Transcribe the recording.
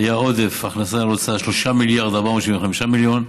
היה עודף הכנסה על הוצאה של 3 מיליארד ו-475 מיליון,